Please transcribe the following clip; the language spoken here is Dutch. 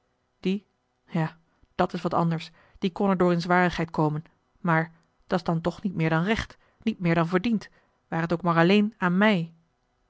die ja dat is wat anders die kon er door in zwarigheid komen maar dat's dan toch niet meer dan recht niet meer dan verdiend ware t ook maar alleen aan mij